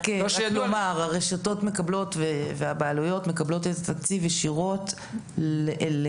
רק לומר: הרשתות והבעלויות מקבלות את התקציב ישירות לקופתן.